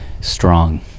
Strong